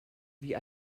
wie